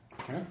Okay